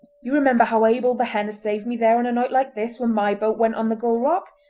you remember how abel behenna saved me there on a night like this when my boat went on the gull rock.